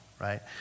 right